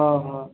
हँ हँ